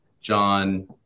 John